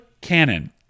Canon